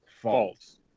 false